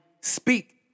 speak